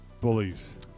Bullies